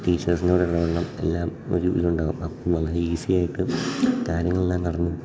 ടീച്ചേഴ്സിനോട് ഇടപെടണം എല്ലാം ഒരു ഇതുണ്ടാവും അപ്പം വളരെ ഈസിയായിട്ടും കാര്യങ്ങളെല്ലാം നടന്നും